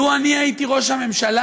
לו אני הייתי ראש הממשלה,